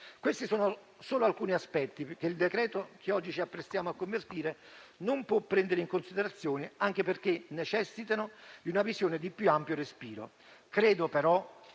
Questi sono solo alcuni aspetti che il decreto che oggi ci apprestiamo a convertire non può prendere in considerazione, anche perché necessitano di una visione di più ampio respiro. Credo però